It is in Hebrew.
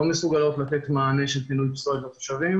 לא מסוגלות לתת מענה של פינוי פסולת לתושבים